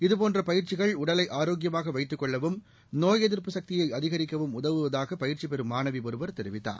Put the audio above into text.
இதுபோன்ற பயிற்சிகள் உடலை ஆரோக்கியமாக வைத்துக் கொள்ளவும் நோய் எதிர்ப்பு சக்தியை அதிகரிக்கவும் உதவுவதாக பயிற்சி பெறும் மாணவி ஒருவர் தெரிவித்தார்